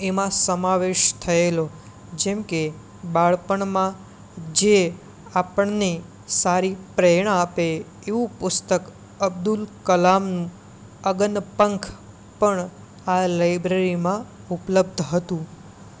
એમા સમાવેશ થયેલો જેમકે બાળપણમાં જે આપણને સારી પ્રેરણા આપે એવું પુસ્તક અબ્દુલ કલામનું અગનપંખ પણ આ લાઇબ્રેરીમાં ઉપલબ્ધ હતું